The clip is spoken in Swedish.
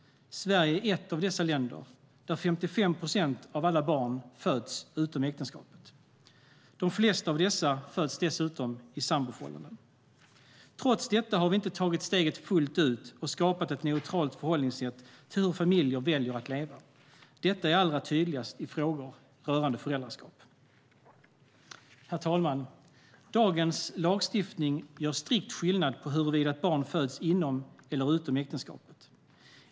Sverige är ett av dessa länder, där 55 procent av alla barn föds utom äktenskapet. De flesta av dessa föds i samboförhållanden. Trots detta har vi inte tagit steget fullt ut och skapat ett neutralt förhållningssätt till hur familjer väljer att leva. Detta är allra tydligast i frågor rörande föräldraskap. Herr talman! Dagens lagstiftning gör strikt skillnad på huruvida ett barn föds inom eller utom äktenskapet.